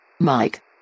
Mike